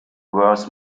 worth